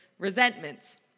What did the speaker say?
resentments